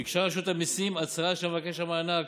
ביקשה רשות המיסים הצהרה של מבקש המענק,